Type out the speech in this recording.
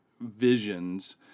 visions